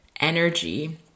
energy